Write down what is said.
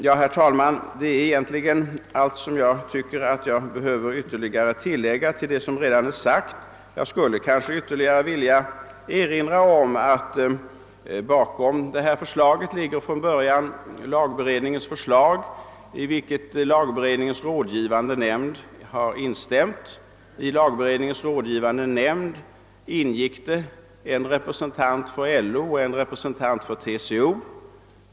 Herr talman! Detta var egentligen allt som jag tyckte att jag behövde tillägga till vad som redan sagts. Jag skulle kanske ytterligare vilja erinra om att bakom detta förslag ligger från början lagberedningens förslag, i vilket lagberedningens rådgivande nämnd har instämt. I denna nämnd ingick en representant för LO och en representant för TCO.